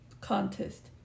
contest